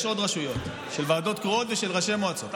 יש עוד רשויות של ועדות קרואות ושל ראשי מועצות,